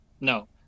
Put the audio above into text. No